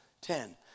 Ten